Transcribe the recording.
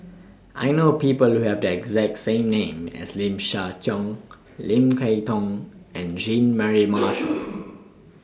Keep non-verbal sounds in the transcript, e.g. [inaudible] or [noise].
I know People Who Have The exact same name as Lim Siah Tong Lim Kay Tong and Jean [noise] Mary Marshall